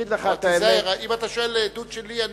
תיזהר, אם אתה שואל לדעות שלי,